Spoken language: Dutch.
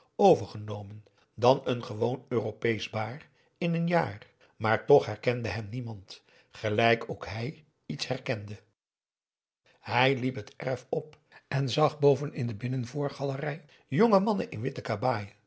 overgenomen dan n gewoon europeesch baar in een jaar maar toch herkende hem niemand gelijk ook hij iets herkende hij liep het erf op en zag boven in de binnenvoorgalerij jonge mannen in witte kabaai